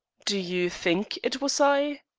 do you think it was i?